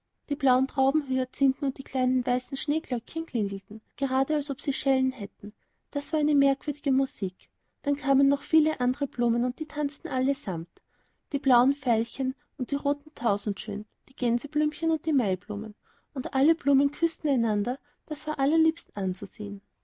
die blauen traubenhyacinthen und die kleinen weißen schneeglöckchen klingelten gerade als ob sie schellen hätten das war eine merkwürdige musik dann kamen noch viele andere blumen und die tanzten allesamt die blauen veilchen und die roten tausendschön die gänseblumen und die maiblumen und alle blumen küßten einander das war allerliebst anzusehen